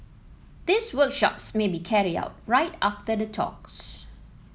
these workshops may be carried out right after the talks